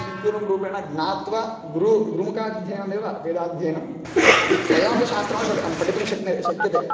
इत्येवं रूपेण ज्ञात्वा गुरु गुरुमुखाध्ययनमेव वेदाध्ययनम् इति स्वयमपि शास्त्रमपि पठितुं शक्यते शक्यते